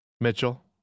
Mitchell